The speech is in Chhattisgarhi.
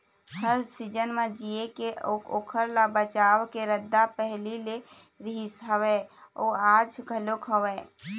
हर सीजन म जीए के अउ ओखर ले बचाव के रद्दा पहिली ले रिहिस हवय अउ आज घलोक हवय